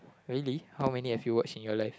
really how many have you watched in your life